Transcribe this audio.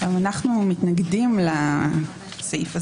אנו מתנגדים לסעיף הזה.